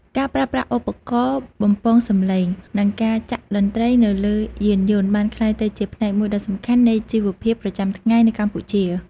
ការប្រើប្រាស់ឧបករណ៍បំពងសម្លេង និងការចាក់តន្រ្តីនៅលើយានយន្តបានក្លាយទៅជាផ្នែកមួយដ៏សំខាន់នៃជីវភាពប្រចាំថ្ងៃនៅកម្ពុជា។